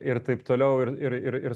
ir taip toliau ir ir